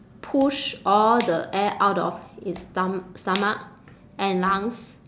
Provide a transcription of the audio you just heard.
push all the air out of his stom~ stomach and lungs